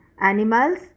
animals